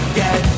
get